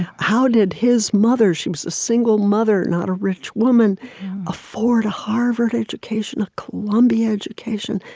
how did his mother she was a single mother, not a rich woman afford a harvard education, a columbia education?